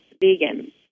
vegan